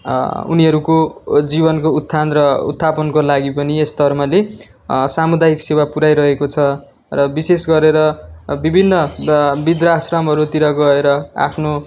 उनीहरूको जीवनको उत्थान र उत्थापनको लागि पनि यस धर्मले सामुदायिक सेवा पुऱ्याइरहेको छ र विशेष गरेर विभिन्न वृद्धाश्रमहरूतिर गएर आफ्नो